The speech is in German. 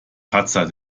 patzer